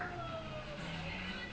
girls also ah